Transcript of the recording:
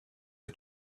are